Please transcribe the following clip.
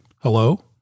Hello